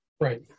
right